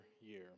year